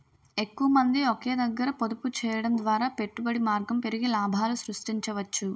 ఎక్కువమంది ఒకే దగ్గర పొదుపు చేయడం ద్వారా పెట్టుబడి మార్గం పెరిగి లాభాలు సృష్టించవచ్చు